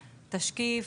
תשקיף,